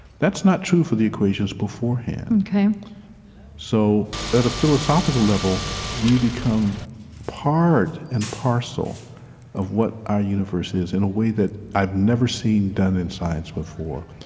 that's not true for the equations beforehand ok so at a philosophical level, we become part and parcel of what our universe is in a way that i've never seen done in science before.